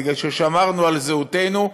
בגלל ששמרנו על זהותנו.